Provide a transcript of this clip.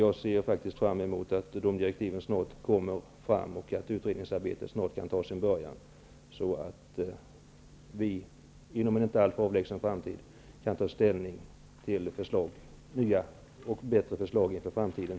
Jag ser fram emot att direktiven kommer fram snart, så att utredningsarbetet kan ta sin början och vi här i kammaren inom en inte alltför avlägsen framtid kan ta ställning till nya och bättre förslag inför framtiden.